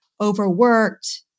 overworked